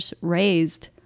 raised